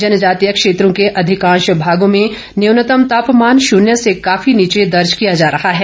जनजातीय क्षेत्रों के अधिकांधा भागों में न्यूनतम तापमान भान्य से काफी नीचे दर्ज किया जा रहा है